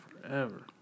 forever